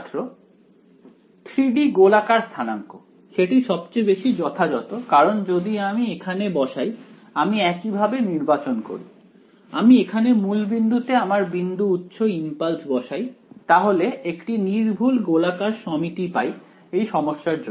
ছাত্র 3 D গোলাকার স্থানাঙ্ক সেটি সবচেয়ে বেশি যথাযথ কারণ যদি আমি এখানে বসাই আমি একইভাবে নির্বাচন করি আমি এখানে মূল বিন্দুতে আমার বিন্দু উৎস ইমপালস বসাই তাহলে একটি নির্ভুল গোলাকার সমিতি পাই এই সমস্যার জন্য